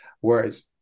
whereas